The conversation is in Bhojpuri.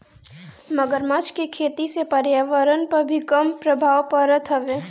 मगरमच्छ के खेती से पर्यावरण पअ भी कम प्रभाव पड़त हवे